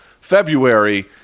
February